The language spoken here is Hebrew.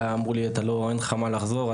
אמרו לך אין לך מה לחזור,